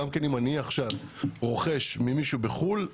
אם נניח אני רוכש ממישהו בחוץ לארץ,